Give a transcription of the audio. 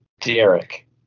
Derek